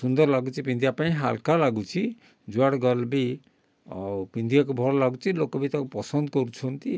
ସୁନ୍ଦର ଲାଗୁଛି ପିନ୍ଧିବା ପାଇଁ ହାଲକା ଲାଗୁଛି ଯୁଆଡ଼େ ଗଲେ ବି ଆଉ ପିନ୍ଧିବାକୁ ଭଲ ଲାଗୁଛି ଲୋକ ବି ତାକୁ ପସନ୍ଦ କରୁଛନ୍ତି